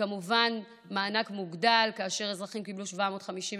וכמובן מענק מוגדל: כאשר אזרחים קיבלו 750,